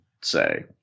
say